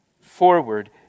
forward